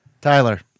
tyler